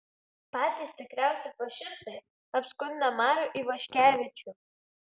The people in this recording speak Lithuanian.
patys tikriausi fašistai apskundę marių ivaškevičių